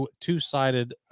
two-sided